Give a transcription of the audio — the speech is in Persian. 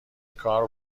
کار